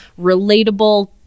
relatable